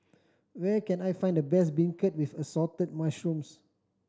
where can I find the best beancurd with Assorted Mushrooms